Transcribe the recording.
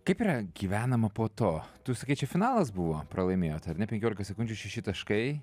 kaip yra gyvenama po to tu sakei čia finalas buvo pralaimėjot ar ne penkiolika sekundžių šeši taškai